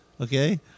Okay